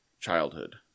childhood